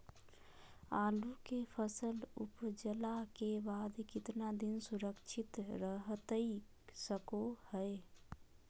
आलू के फसल उपजला के बाद कितना दिन सुरक्षित रहतई सको हय?